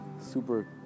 super